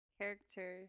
character